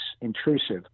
intrusive